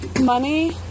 money